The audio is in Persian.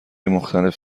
مختلف